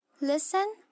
Listen